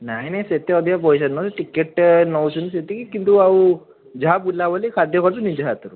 ନାଇଁ ନାଇଁ ସେତେ ଅଧିକ ପଇସା ନୁହଁ ଯେ ଟିକେଟ୍ ନେଉଛନ୍ତି ସେତିକି କିନ୍ତୁ ଆଉ ଯାହା ବୁଲାବୁଲି ଖାଦ୍ୟ ଖାଉଛୁ ନିଜ ହାତରୁ